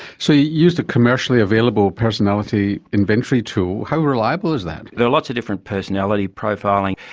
so you used a commercially available personality inventory tool. how reliable is that? there are lots of different personality profiling.